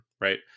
right